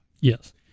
yes